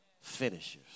finishers